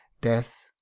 Death